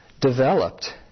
developed